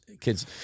Kids